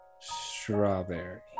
Strawberry